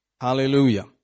Hallelujah